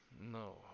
No